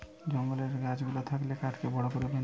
জঙ্গলের গাছ গুলা থাকলে কাঠকে বড় করে বেঁধে